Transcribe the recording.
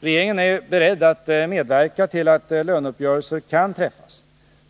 Regeringen är beredd att medverka till att löneuppgörelser kan träffas.